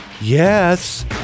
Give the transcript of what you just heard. Yes